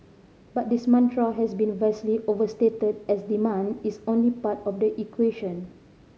but this mantra has been vastly overstated as demand is only part of the equation